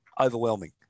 overwhelming